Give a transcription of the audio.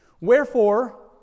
Wherefore